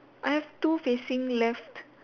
I have two facing left